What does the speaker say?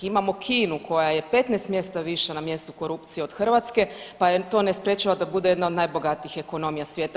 Imamo Kinu koja je 15 mjesta više na mjestu korupcije od Hrvatske, pa je to ne sprječava da bude jedna od najbogatijih ekonomija svijeta.